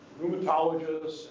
rheumatologists